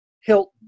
Hilton